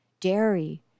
dairy